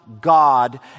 God